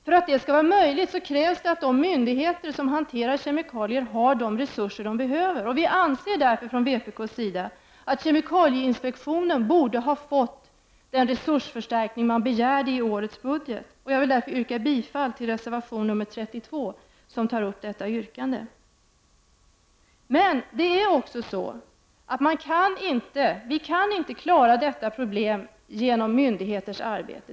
För att det skall vara möjligt krävs det att de myndigheter som hanterar kemikalier har de resurser de behöver, och vpk anser därför att kemikalieinspektionen borde ha fått den resursförstärkning man begärde i årets budget. Jag vill därför yrka bifall till reservation 32, där detta yrkande tas upp. Men detta problem kan inte lösas genom myndigheters arbete.